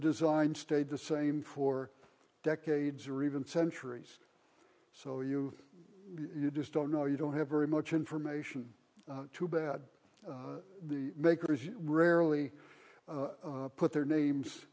design stayed the same for decades or even centuries so you just don't know you don't have very much information too bad the makers rarely put their names